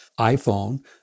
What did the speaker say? iPhone